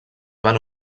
van